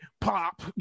pop